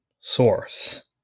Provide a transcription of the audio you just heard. source